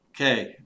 Okay